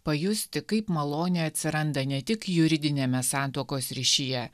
pajusti kaip malonė atsiranda ne tik juridiniame santuokos ryšyje